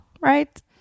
right